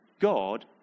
God